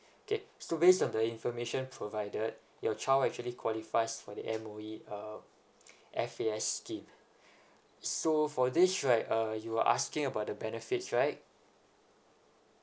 okay so based on the information provided your child actually qualifies for the M_O_E um F_A_S scheme so for this right uh you're asking about the benefits right